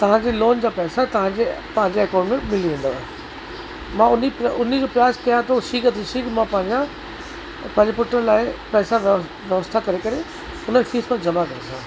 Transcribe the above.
तव्हांजे लोन जा पैसा तव्हांजे पंहिंजे अकाऊंट में मिली वेंदव मां हुन प हुनजो प्रयास कयां थो शीघ्र अति शीघ्र मां पंहिंजा पंहिंजे पुट लाइ पैसा व्य व्यवस्था करे करे हुनजी फ़ीस मां जमा कयां